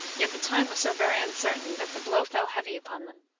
yet the time was so very uncertain, that the blow fell heavy upon them.